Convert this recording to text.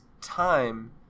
time